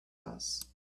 house